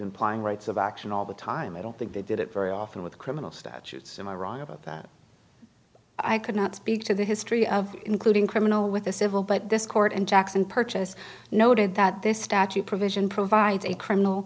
implying rights of action all the time i don't think they did it very often with criminal statutes in iraq about that i cannot speak to the history of including criminal with the civil but this court in jackson purchase noted that this statute provision provides a criminal